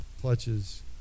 clutches